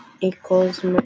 equals